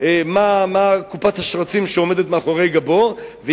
מה קופת השרצים שעומדת מאחורי גבו של כל מחבל משוחרר,